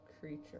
creature